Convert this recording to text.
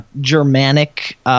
Germanic